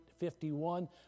51